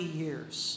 years